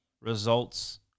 results